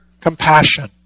compassion